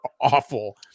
awful